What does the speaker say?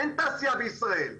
אין תעשייה בישראל,